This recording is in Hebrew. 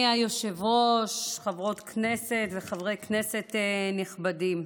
אדוני היושב-ראש, חברות כנסת וחברי כנסת נכבדים,